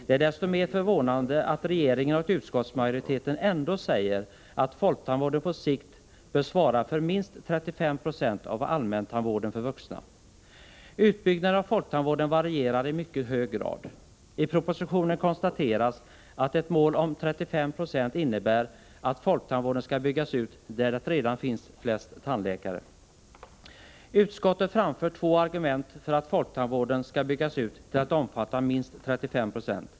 Det är desto mer förvånande att regeringen och utskottsmajoriteten ändå säger att folktandvården på sikt bör svara för minst 35 96 av allmäntandvården för vuxna. Utbyggnaden av folktandvården varierar i mycket hög grad. I propositionen konstateras att ett mål om 35 20 innebär att folktandvården skulle byggas ut där det redan finns flest tandläkare. Utskottet framför två argument för att folktandvården skall byggas ut till att omfatta minst 35 90.